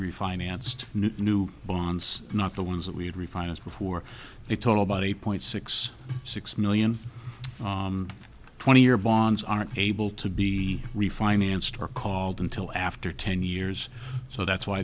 refinanced new bonds not the ones that we had refinanced before they total about eight point six six million twenty year bonds aren't able to be refinanced or called until after ten years so that's why